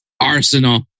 Arsenal